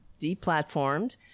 deplatformed